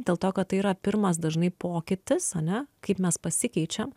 dėl to kad tai yra pirmas dažnai pokytis ane kaip mes pasikeičiam